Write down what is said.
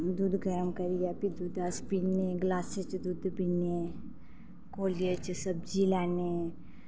दुद्ध गर्म करियै फ्ही दुद्ध अस पीने गलासा च दुद्ध पीने कौलियें च सब्जी लैन्ने